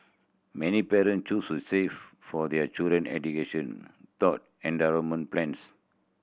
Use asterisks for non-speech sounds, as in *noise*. many parent choose to save for their children education *unintelligible* endowment plans